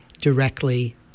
directly